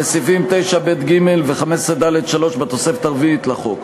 וסעיפים 9(ב)(ג) ו-15(ד)(3) בתוספת הרביעית לחוק,